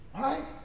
right